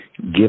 give